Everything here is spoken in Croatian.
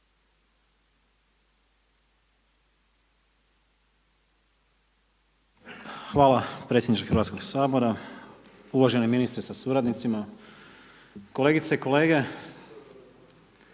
potpredsjedniče Hrvatskoga sabora, poštovani ministre sa suradnicima, kolegice i kolege.